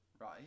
Right